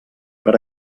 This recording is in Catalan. per